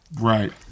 Right